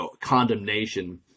condemnation